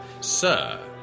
Sir